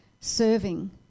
serving